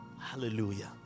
Hallelujah